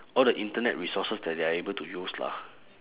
all the internet resources that they are able to use lah